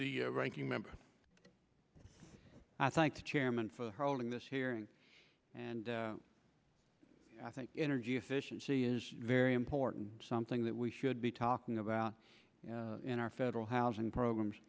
the ranking member i thank the chairman for holding this hearing and i think energy efficiency is very important something that we should be talking about in our federal housing programs